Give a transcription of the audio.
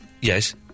Yes